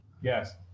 yes